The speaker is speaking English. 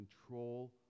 control